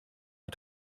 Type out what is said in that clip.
are